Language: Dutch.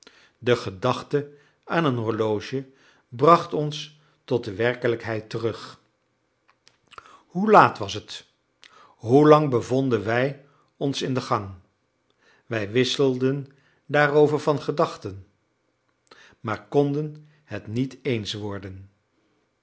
de gedachte aan een horloge bracht ons tot de werkelijkheid terug hoe laat was het hoelang bevonden wij ons in de gang wij wisselden daarover van gedachten maar konden het niet eens worden